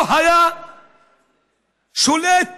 לא שלט ברכב,